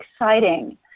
exciting